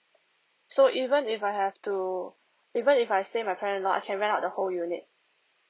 so even if I have to even if I stay my parents house I can rent out the whole unit